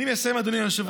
אני מסיים, אדוני היושב-ראש.